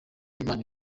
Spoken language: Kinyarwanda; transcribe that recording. imana